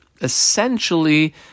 Essentially